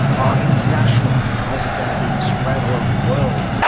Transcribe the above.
are international because of their being spread all over the world.